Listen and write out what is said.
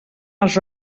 els